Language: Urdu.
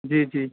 جی جی